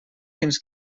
fins